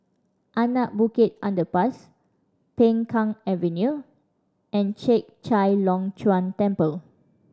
Anak Bukit Underpass Peng Kang Avenue and Chek Chai Long Chuen Temple